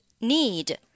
Need